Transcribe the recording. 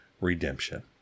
redemption